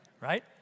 Right